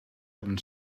hebben